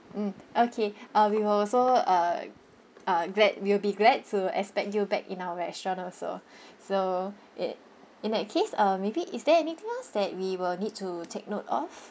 mm okay uh we will also uh uh glad we'll be glad to expect you back in our restaurant also so it in that case uh maybe is there anything else that we will need to take note of